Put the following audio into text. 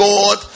God